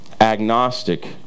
agnostic